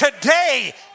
today